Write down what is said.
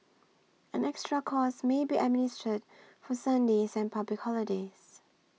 an extra cost may be administered for Sundays and public holidays